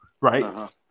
right